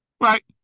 right